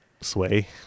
sway